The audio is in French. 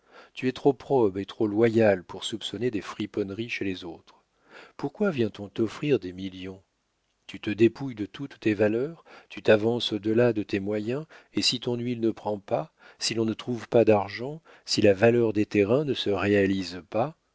tu es trop probe et trop loyal pour soupçonner des friponneries chez les autres pourquoi vient-on t'offrir des millions tu te dépouilles de toutes tes valeurs tu t'avances au-delà de tes moyens et si ton huile ne prend pas si l'on ne trouve pas d'argent si la valeur des terrains ne se réalise pas